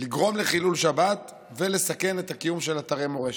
לגרום לחילול שבת ולסכן את הקיום של אתרי מורשת.